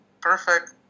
perfect